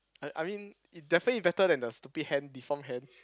I I mean it definitely better than the stupid hand deform hand